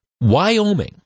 Wyoming